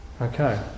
okay